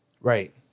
Right